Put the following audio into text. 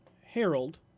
Harold